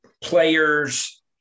players